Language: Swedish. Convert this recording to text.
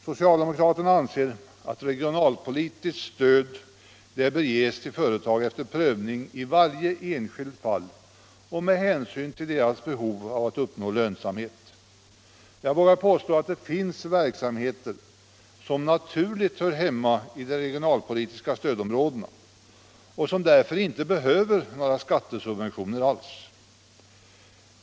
Socialdemokraterna anser att regionalpolitiskt stöd bör ges till företag efter prövning i varje enskilt fall och med hänsyn till företagets behov av att uppnå lönsamhet. Jag vågar påstå att det finns verksamheter som naturligt hör hemma i de regionalpolitiska stödområdena och som därför inte behöver några skattesubventioner alls.